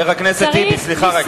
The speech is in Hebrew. סליחה.